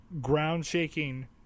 ground-shaking